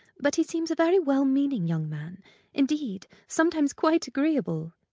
but he seems a very well-meaning young man indeed, sometimes quite agreeable.